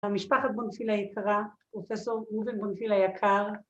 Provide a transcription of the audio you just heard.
‫משפחת בונפילה יקרה, ‫פרופ' רובין בונפילה יקר.